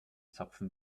zapfen